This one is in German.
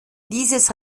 dieses